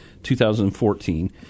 2014